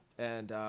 and